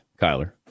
Kyler